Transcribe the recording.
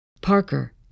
Parker